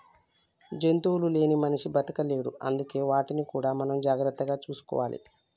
జంతువులు లేని మనిషి బతకలేడు అందుకే వాటిని కూడా మనం జాగ్రత్తగా చూసుకోవాలి